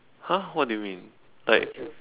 !huh! what do you mean like